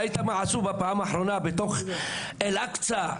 ראית מה עשו בפעם האחרונה בתוך אל אקצה,